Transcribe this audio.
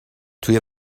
توی